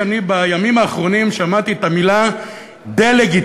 שאני בימים האחרונים שמעתי את המילה דה-לגיטימציה,